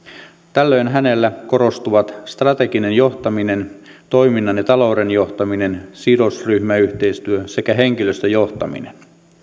tällöin hänellä korostuvat strateginen johtaminen toiminnan ja talouden johtaminen sidosryhmäyhteistyö sekä henkilöstöjohtaminen